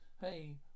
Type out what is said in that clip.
hey